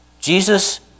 Jesus